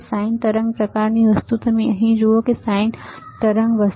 sinતરંગ પ્રકારની વસ્તુતમે અહીં જુઓ sin વેવ પ્રકારની વસ્તુ